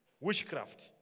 Witchcraft